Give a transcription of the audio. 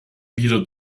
wieder